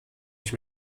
ich